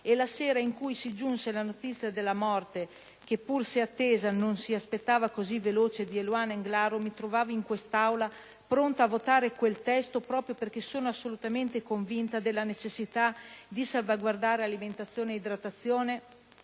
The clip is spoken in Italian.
e la sera in cui ci giunse la notizia della morte, che pur se attesa non ci si aspettava così veloce, di Eluana Englaro mi trovavo in quest'Aula pronta a votare quel testo, proprio perché sono assolutamente convinta della necessità di salvaguardare alimentazione e idratazione